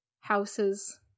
house's